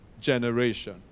generation